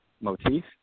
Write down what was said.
motif